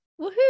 woohoo